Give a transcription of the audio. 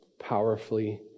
powerfully